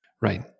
Right